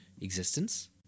existence